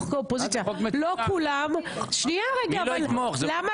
כאופוזיציה לא כולם ------ מי לא יתמוך?